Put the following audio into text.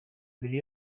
mbere